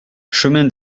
chemin